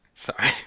Sorry